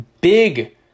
big